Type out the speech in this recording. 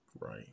Right